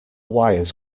wires